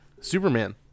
Superman